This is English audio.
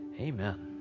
amen